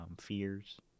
fears